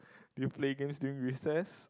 you play games during recess